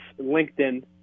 LinkedIn